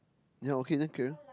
ya then okay carry on